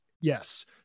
yes